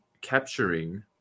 capturing